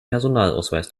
personalausweis